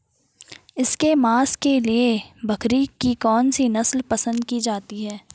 इसके मांस के लिए बकरी की कौन सी नस्ल पसंद की जाती है?